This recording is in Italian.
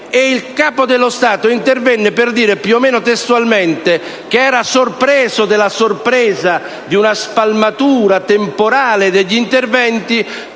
Il Capo dello Stato intervenne per dire, più o meno testualmente, che era sorpreso della sorpresa di una spalmatura temporale degli interventi,